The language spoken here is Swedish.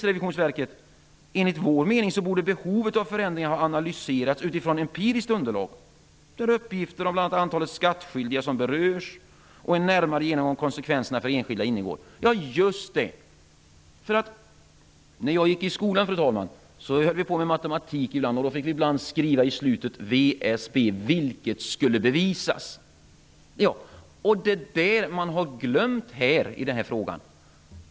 Enligt vår mening borde behovet av förändringar ha analyserats utifrån empiriskt underlag, där uppgifter om bl.a. antalet skattskyldiga som berörs och en närmare genomgång av konsekvenserna för enskilda ingår. Ja, just det! När jag gick i skolan höll vi på med matematik, och vi fick ibland skriva VSB, dvs. vilket skulle bevisas. Det är det man har glömt i den här frågan.